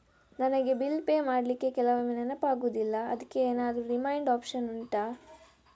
ನನಗೆ bill pay ಮಾಡ್ಲಿಕ್ಕೆ ಕೆಲವೊಮ್ಮೆ ನೆನಪಾಗುದಿಲ್ಲ ಅದ್ಕೆ ಎಂತಾದ್ರೂ ರಿಮೈಂಡ್ ಒಪ್ಶನ್ ಉಂಟಾ